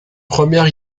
première